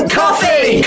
coffee